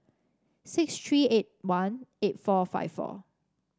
six three eight one eight four five four